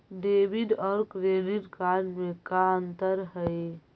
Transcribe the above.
Debit और credit card में का अंतर हइ?